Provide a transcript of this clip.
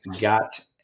got